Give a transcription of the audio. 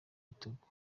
igitugu